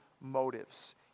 motives